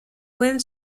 pueden